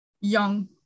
young